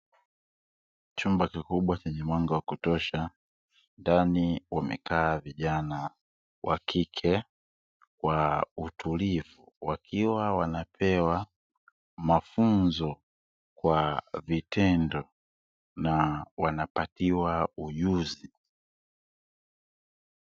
Chumba kikubwa chenye mwanga wa kutosha ndani wamekaa vijana wa kike kwa utulivu, wakiwa wanapewa mafunzo kwa vitendo na wanapatiwa ujuzi.